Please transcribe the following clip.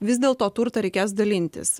vis dėlto turtą reikės dalintis